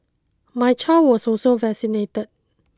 my child was also vaccinated